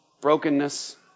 brokenness